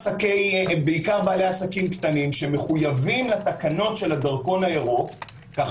בעיקר בעלי עסקים קטנים שמחויבים לתקנות של הדרכון הירוק כך